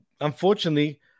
unfortunately